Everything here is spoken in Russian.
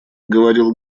говорил